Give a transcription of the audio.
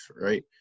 right